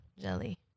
Jelly